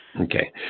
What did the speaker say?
Okay